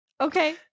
Okay